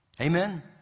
Amen